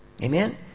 Amen